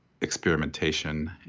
experimentation